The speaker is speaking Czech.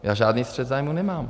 Já žádný střet zájmů nemám!